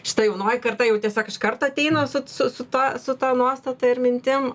šita jaunoji karta jau tiesiog iš karto ateina su su su ta su ta nuostata ir mintim